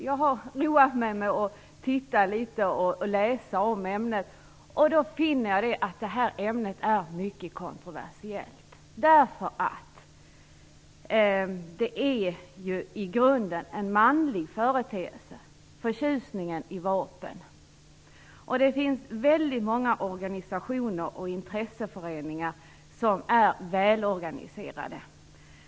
Jag har roat mig med att titta litet på och läsa litet om det här, och jag har då funnit att ämnet är mycket kontroversiellt. I grunden är detta nämligen en manlig företeelse - förtjusningen i vapen. Det finns väldigt många organisationer och intresseföreningar som är välorganiserade.